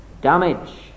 damage